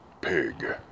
Pig